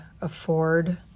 afford